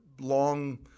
long